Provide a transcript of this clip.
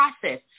process